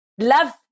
love